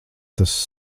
tas